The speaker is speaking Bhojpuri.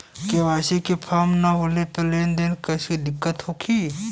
के.वाइ.सी के फार्म न होले से लेन देन में दिक्कत होखी?